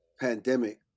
pandemic